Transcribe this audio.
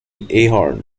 ahern